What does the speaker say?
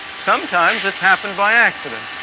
sometimes it's happened by accident.